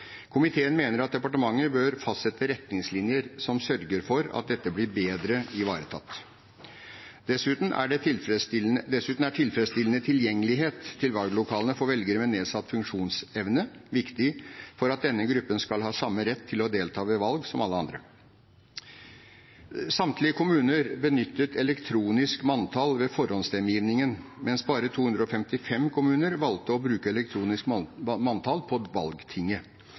Komiteen mener at departementet bør fastsette retningslinjer som sørger for at dette blir bedre ivaretatt. Dessuten er tilfredsstillende tilgjengelighet til valglokalene for velgere med nedsatt funksjonsevne viktig for at denne gruppen skal ha samme rett til å delta ved valg som alle andre. Samtlige kommuner benyttet elektronisk manntall ved forhåndsstemmegivningen, mens bare 255 kommuner valgte å bruke elektronisk manntall på valgtinget